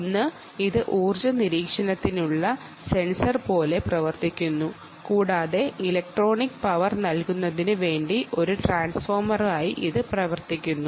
ഒന്ന് ഊർജ്ജ നിരീക്ഷണത്തിനുള്ള സെൻസർ പോലെ പ്രവർത്തിക്കുന്നു കൂടാതെ ഇലക്ട്രോണിക്സ് പവർ നൽകുന്നതിനു വേണ്ടി ഒരു ട്രാൻസ്ഫോർമറായും ഇത് പ്രവർത്തിക്കുന്നു